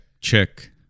check